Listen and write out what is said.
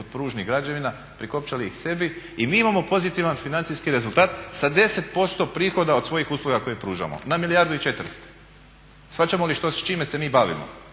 pružnih građevina, prikopčali ih sebi i mi imamo pozitivan financijski rezultat sa 10% prihoda od svojih usluga koje slušamo na milijardu i 400. Shvaćamo li s čime se mi bavimo?